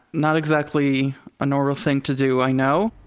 not exactly a normal thing to do, i know.